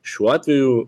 šiuo atveju